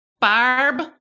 Barb